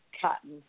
cotton